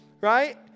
right